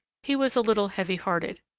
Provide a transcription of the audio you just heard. he was a little heavy-hearted.